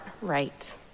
right